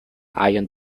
ion